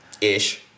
ish